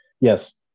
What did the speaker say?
Yes